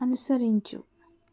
అనుసరించు